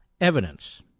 evidence